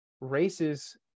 races